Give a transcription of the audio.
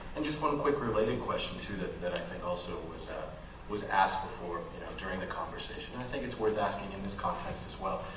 and just one quick related question to that that i think also was so was asked before during the and think it's worth asking in this conference as well.